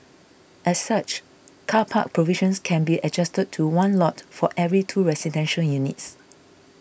as such car park provisions can be adjusted to one lot for every two residential units